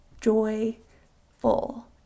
joyful